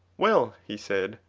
well, he said,